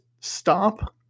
stop